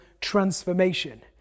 transformation